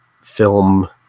film